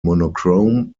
monochrome